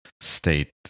state